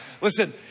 Listen